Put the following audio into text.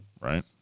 Right